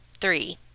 three